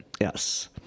yes